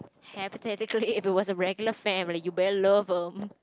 hypothetically if it was a regular family you better love them